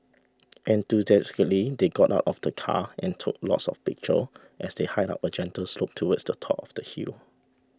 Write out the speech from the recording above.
enthusiastically they got out of the car and took lots of pictures as they hiked up a gentle slope towards the top of the hill